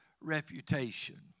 reputation